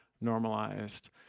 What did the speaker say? normalized